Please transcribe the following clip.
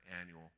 annual